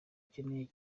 ukeneye